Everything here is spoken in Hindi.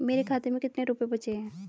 मेरे खाते में कितने रुपये बचे हैं?